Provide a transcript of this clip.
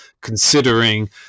considering